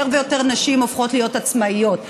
יותר ויותר נשים הופכות להיות עצמאיות,